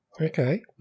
Okay